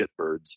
shitbirds